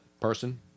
person